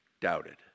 doubted